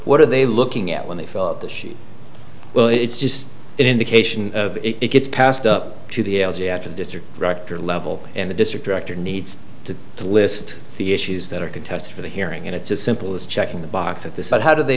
what are they looking at when they fill up the sheet well it's just an indication it gets passed up to the l z after the district director level and the district director needs to list the issues that are contest for the hearing and it's as simple as checking the box at the site how do they